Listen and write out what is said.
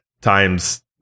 times